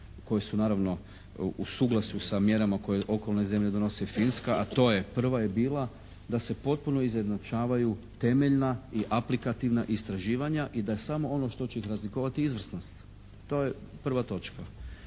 koje su naravno u suglasju sa mjerama koje okolne mjere donose Finska, a to je prva je bila da se potpuno izjednačavaju temeljna i aplikativna istraživanja i da je samo ono što će ih razlikovati izvrsnost. To je 1. točka.